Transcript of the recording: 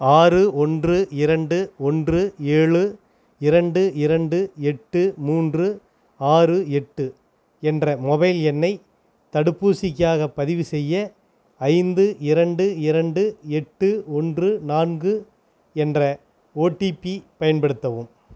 ஆறு ஒன்று இரண்டு ஒன்று ஏழு இரண்டு இரண்டு எட்டு மூன்று ஆறு எட்டு என்ற மொபைல் எண்ணை தடுப்பூசிக்காகப் பதிவுசெய்ய ஐந்து இரண்டு இரண்டு எட்டு ஒன்று நான்கு என்ற ஓடிபி பயன்படுத்தவும்